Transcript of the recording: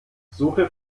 suche